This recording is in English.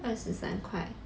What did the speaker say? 二十三块